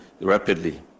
rapidly